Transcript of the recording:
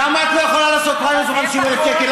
למה את לא יכולה לעשות פריימריז ב-50,000 שקל?